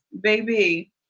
baby